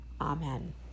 Amen